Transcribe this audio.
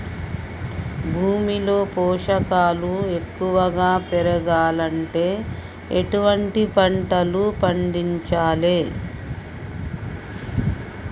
భూమిలో పోషకాలు ఎక్కువగా పెరగాలంటే ఎటువంటి పంటలు పండించాలే?